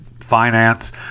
finance